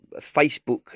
Facebook